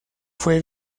fue